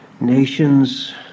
Nations